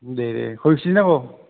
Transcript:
दे दे खय किजि नांगौ